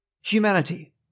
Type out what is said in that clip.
Humanity